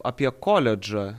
apie koledžą